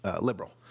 liberal